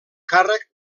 càrrec